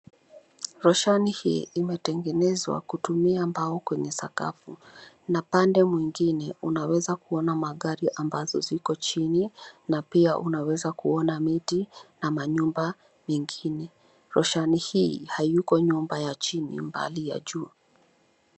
Roshani hii imetengenezwa kutumia mbao kwenye sakafu na pande mwingine unaweza kuona magari ambazo ziko chini na pia unaweza kuona miti na manyumba mengine. Roshani hii hayuko nyumba ya chini mbali ya juu.